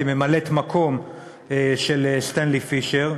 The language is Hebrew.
כממלאת-מקום של סטנלי פישר.